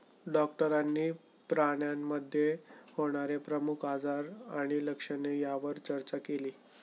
डॉक्टरांनी प्राण्यांमध्ये होणारे प्रमुख आजार आणि लक्षणे यावर चर्चा केली